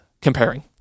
comparing